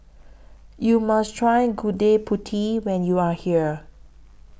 YOU must Try Gudeg Putih when YOU Are here